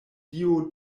dio